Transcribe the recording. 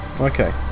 okay